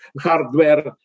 hardware